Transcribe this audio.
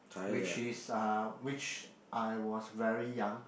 which is uh which I was very young